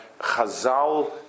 Chazal